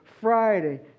Friday